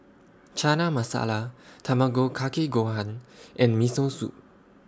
Chana Masala Tamago Kake Gohan and Miso Soup